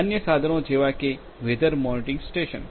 અન્ય સાધનો જેવા કે વેધર મોનિટરિંગ સ્ટેશન